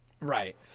Right